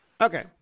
okay